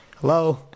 Hello